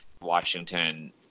Washington